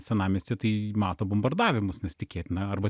senamiestyje tai mato bombardavimus nes tikėtina arba